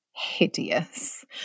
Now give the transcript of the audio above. hideous